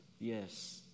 Yes